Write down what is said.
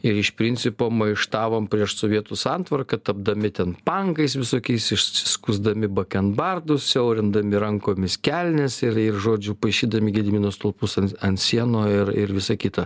ir iš principo maištavom prieš sovietų santvarką tapdami ten pankais visokiais išsiskusdami bakenbardus siaurindami rankomis kelnes ir ir žodžiu paišydami gedimino stulpus ant ant sienų ir ir visa kita